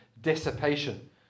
dissipation